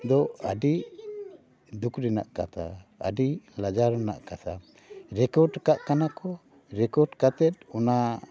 ᱫᱚ ᱟᱹᱰᱤ ᱫᱩᱠ ᱨᱮᱱᱟᱜ ᱠᱟᱛᱷᱟ ᱟᱹᱰᱤ ᱞᱟᱡᱟᱣ ᱨᱮᱭᱟᱜ ᱠᱟᱛᱷᱟ ᱨᱮᱠᱳᱰ ᱠᱟᱜ ᱠᱟᱱᱟ ᱠᱚ ᱨᱮᱠᱳᱰ ᱠᱟᱛᱮ ᱚᱱᱟ